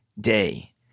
day